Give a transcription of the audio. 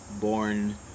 born